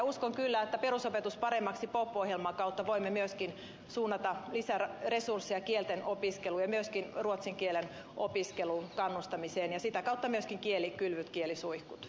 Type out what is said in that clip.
uskon kyllä että perusopetus paremmaksi ohjelman eli pop ohjelman kautta voimme myöskin suunnata lisäresursseja kielten opiskeluun ja myöskin ruotsin kielen opiskeluun kannustamiseen ja sitä kautta myöskin kielikylvyt kielisuihkut